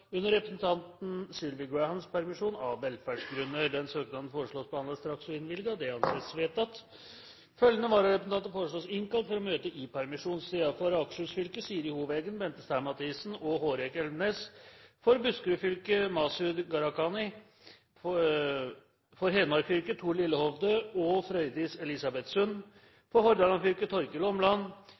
under representanten Sylvi Grahams permisjon, av velferdsgrunner. Søknaden foreslås behandlet straks og innvilges. – Det anses vedtatt. Følgende vararepresentanter innkalles for å møte i permisjonstiden slik: For Akershus fylke: Siri Hov Eggen, Bente Stein Mathisen for 22. januar og Hårek Elvenes i dagene 23. og 24. januar For Buskerud fylke: Masud Gharahkhani For Hedmark fylke: Thor Lillehovde og Frøydis Elisabeth Sund For Hordaland fylke: